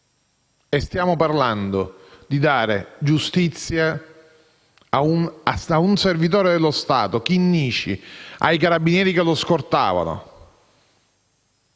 E stiamo parlando di dare giustizia a un servitore dello Stato, Rocco Chinnici, ai carabinieri che lo scortavano,